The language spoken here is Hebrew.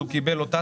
אז הוא קיבל אותה,